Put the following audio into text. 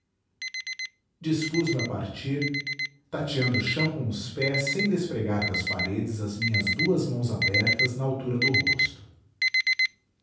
dispus-me a partir tateando o chão com os pés sem despregar das paredes as minhas duas mãos abertas na altura do rosto